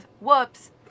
whoops